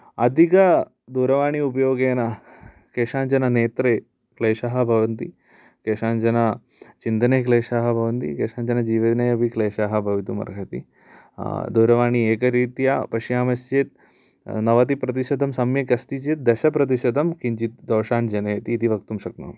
आधिकदूरवाणी उपयोगेन केषाञ्चन नेत्रे क्लेशः भवन्ति केषाञ्चन चिन्तने क्लेशाः भवन्ति केषाञ्चन जीवने अपि क्लेशाः भवितुम् अर्हति दूरवाणी एकरीत्या पश्यामश्चेत् नवतिप्रतिशतं सम्यक् अस्ति चेद् दशप्रतिशतं किञ्चिद् दोषान् जनयति इति वक्तुं शक्नोमि